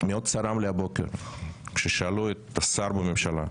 צרם לי הבוקר כששאלו שר בממשלה,